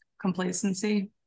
Complacency